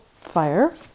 fire